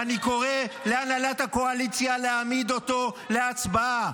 ואני קורא להנהלת הקואליציה להעמיד אותו להצבעה.